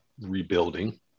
rebuilding